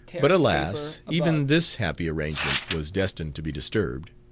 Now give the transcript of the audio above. but alas! even this happy arrangement was destined to be disturbed.